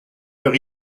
leur